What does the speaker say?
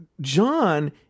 John